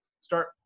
start